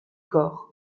corps